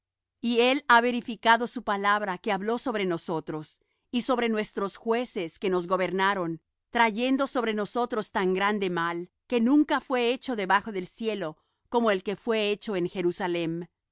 y él ha verificado su palabra que habló sobre nosotros y sobre nuestros jueces que nos gobernaron trayendo sobre nosotros tan grande mal que nunca fué hecho debajo del cielo como el que fué hecho en jerusalem